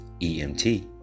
EMT